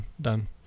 done